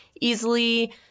easily